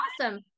awesome